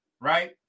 Right